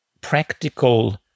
practical